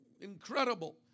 Incredible